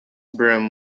brim